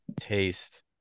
taste